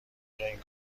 این